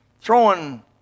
throwing